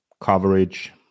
coverage